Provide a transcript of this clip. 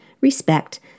respect